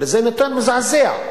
הרי זה נתון מזעזע,